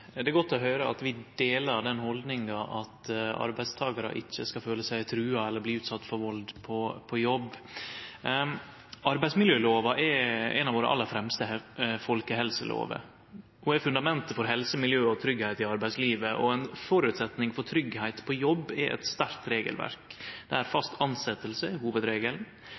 godt å høyre at vi deler den holdninga at arbeidstakarar ikkje skal føle seg trua eller bli utsette for vald på jobb. Arbeidsmiljølova er ei av våre aller fremste folkehelselover. Ho er fundamentet for helse, miljø og tryggleik i arbeidslivet, og ein føresetnad for tryggleik på jobben er eit sterkt regelverk, der fast tilsetjing er hovudregelen.